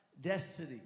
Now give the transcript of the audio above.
Destiny